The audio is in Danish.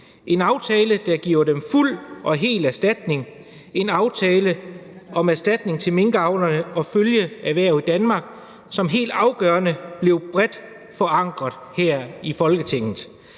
en aftale, der giver dem fuld og hel erstatning, en aftale om erstatning til minkavlerne og følgeerhverv i Danmark, som helt afgørende blev bredt forankret her i Folketinget.